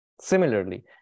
Similarly